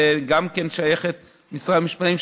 שגם כן שייכת למשרד המשפטים,